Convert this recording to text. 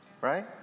right